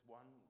one